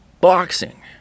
Boxing